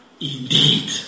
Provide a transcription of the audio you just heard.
Indeed